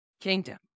kingdom